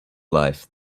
life